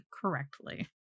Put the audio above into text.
correctly